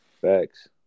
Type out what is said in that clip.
Facts